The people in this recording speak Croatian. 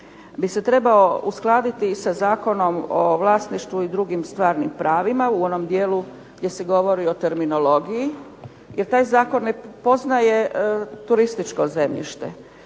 bi se trebao uskladiti i sa Zakonom o vlasništvu i drugim stvarnim pravima u onom dijelu gdje se govori o terminologiji. Jer taj zakon ne poznaje turističko zemljište.